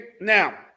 Now